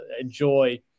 enjoy